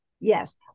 Yes